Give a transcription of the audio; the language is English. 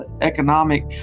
economic